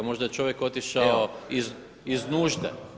Možda je čovjek otišao iz nužde.